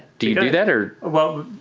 do you do that or? well,